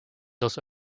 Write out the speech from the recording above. also